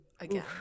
Again